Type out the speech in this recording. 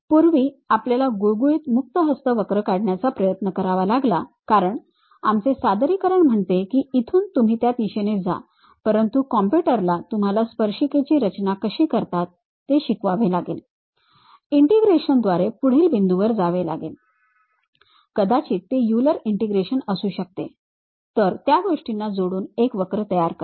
पूर्वी आपल्याला गुळगुळीत मुक्त हस्त वक्र काढण्याचा प्रयत्न करावा लागला कारण आमचे सादरीकरण म्हणते की इथून तुम्ही त्या दिशेने जा परंतु कॉम्प्युटरला तुम्हाला स्पर्शिकेची रचना कशी करतात ते शिकवावे लागेल इंटिग्रेशन द्वारे पुढील बिंदूवर जावे लागेल कदाचित ते युलर इंटिग्रेशन असू शकते तर त्या गोष्टींना जोडून एक वक्र तयार करा